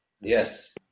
Yes